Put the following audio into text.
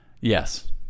Yes